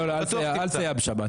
לא, אל תסייע בשבת.